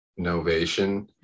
Novation